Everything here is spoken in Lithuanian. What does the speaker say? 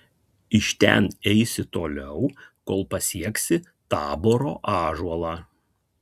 iš ten eisi toliau kol pasieksi taboro ąžuolą